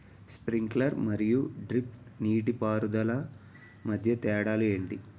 Sprinkler మరియు drip నీటిపారుదల మధ్య తేడాలు ఏంటి?